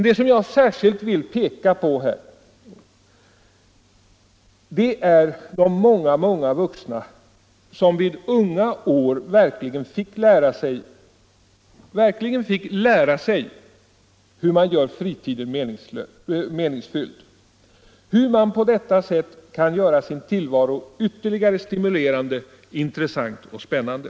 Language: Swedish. Det som jag alltså vill peka på här, är de många vuxna som vid unga år verkligen fick lära sig hur man gör fritiden meningsfylld, hur man på detta sätt kan göra sin tillvaro ytterligare stimulerande, intressant och spännande.